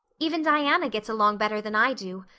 even diana gets along better than i do.